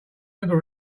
ever